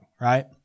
right